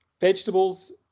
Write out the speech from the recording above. vegetables